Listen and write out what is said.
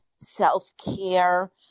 self-care